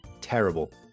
terrible